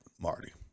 Marty